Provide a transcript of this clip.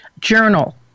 Journal